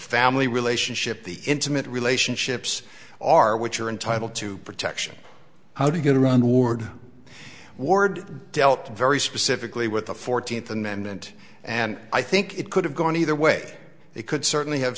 family relationship the intimate relationships are which are entitled to protection how to get a run toward ward dealt very specifically with the fourteenth amendment and i think it could have gone either way they could certainly have